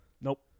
Nope